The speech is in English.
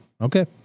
Okay